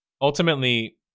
Ultimately